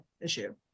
issue